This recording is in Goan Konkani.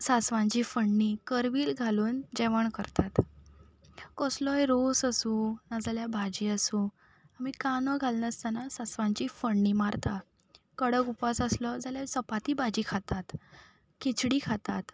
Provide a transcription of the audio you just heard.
सासवांची फोडणी करबील घालून जेवण करतात कोसलोय रोस आसूं नाजाल्यार भाजी आसूं आमी कांदो घालनासनना सासवांची फोडणी मारता कडक उपास आसलो जाल्यार चपाती भाजी खातात खिचडी खातात